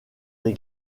des